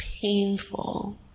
painful